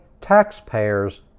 taxpayers